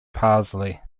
parsley